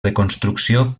reconstrucció